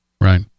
Right